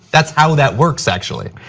that's how that works actually.